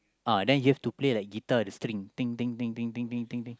uh then you have to play like guitar the string